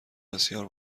بسیار